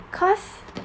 cause